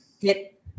hit